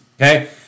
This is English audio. okay